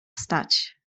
wstać